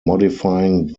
modifying